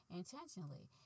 intentionally